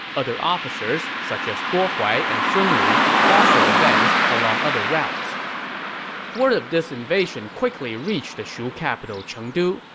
other officers, such as guo huai and sun li, also advanced along other routes word of this invasion quickly reached the shu capital chengdu,